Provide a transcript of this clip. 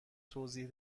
توضیح